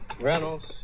Reynolds